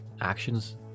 actions